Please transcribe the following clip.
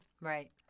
right